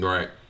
Right